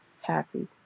happy